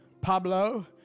Pablo